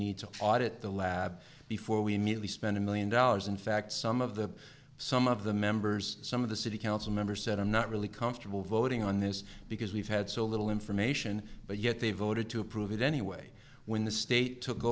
need to audit the lab before we nearly spent a million dollars in fact some of the some of the members some of the city council member said i'm not really comfortable voting on this because we've had so little information but yet they voted to approve it anyway when the state took